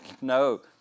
no